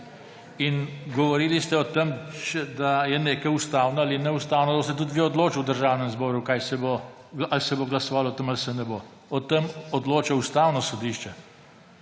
Govorili ste o tem, da je nekaj ustavno ali je neustavno, boste tudi vi odločali v Državnem zboru, a se bo glasovalo o tem ali se ne bo. O tem odloča Ustavno sodišče.